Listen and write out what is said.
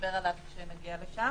ונדבר עליו כשנגיע לשם.